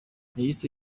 yahise